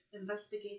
investigate